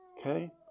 Okay